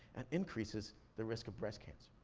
and increases the risk of breast cancer?